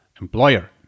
employer